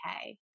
okay